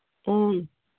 ꯎꯝ